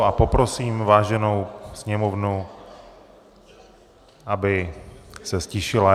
A poprosím váženou sněmovnu, aby se ztišila.